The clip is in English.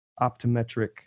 Optometric